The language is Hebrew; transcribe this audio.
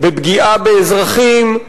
בפגיעה באזרחים,